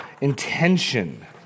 Intention